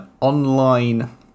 online